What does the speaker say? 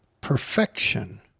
perfection